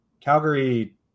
Calgary